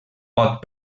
pot